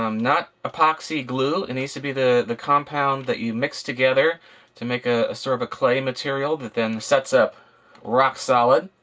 um not epoxy glue. it and needs to be the the compound that you mix together to make ah a sort of a clay material that then sets up rock solid.